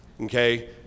Okay